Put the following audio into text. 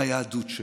היהדות שלהם,